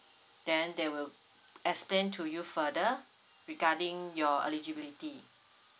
then they will explain to you further regarding your eligibility